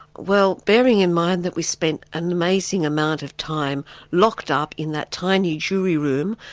well bearing in mind that we spent an amazing amount of time locked up in that tiny jury room,